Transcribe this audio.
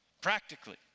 practically